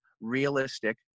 realistic